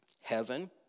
Heaven